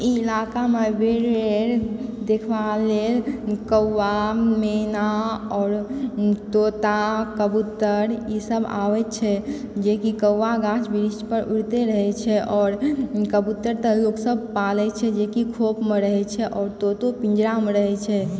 ई इलाका मे जे भी होइ देखबा मे कौआ मेना और तोता कबूतर ई सब आबै छै जे कि कौआ गाछ वृक्ष पर उड़ते रहै छै और कबूतर सब जे छै पालै छै जे कि खोप मे रहै छै और तोतो पिजरामे रहै छै